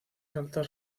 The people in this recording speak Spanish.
saltar